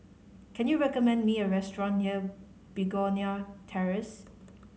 can you recommend me a restaurant near Begonia Terrace